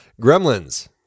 Gremlins